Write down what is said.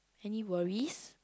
any worries